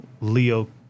leo